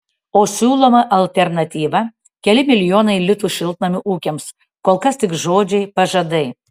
o siūloma alternatyva keli milijonai litų šiltnamių ūkiams kol kas tik žodžiai pažadai